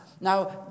Now